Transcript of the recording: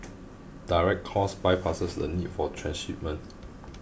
direct calls bypasses the need for transshipment